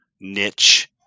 niche